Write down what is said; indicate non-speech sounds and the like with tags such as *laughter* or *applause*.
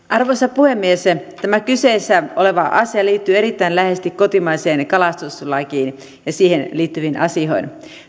*unintelligible* arvoisa puhemies tämä kyseessä oleva asia liittyy erittäin läheisesti kotimaiseen kalastuslakiin ja siihen liittyviin asioihin